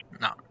No